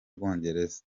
bwongereza